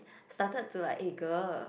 started to like eh girl